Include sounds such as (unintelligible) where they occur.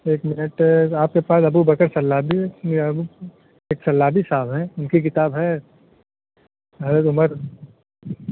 ایک منٹ آپ کے پاس ابوبکر سلاجی (unintelligible) شیخ سلاجی صاحب ہیں ان کی کتاب ہے حضرت عمر